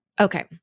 Okay